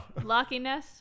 Lockiness